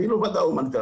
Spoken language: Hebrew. אני לא וועדה הומניטרית,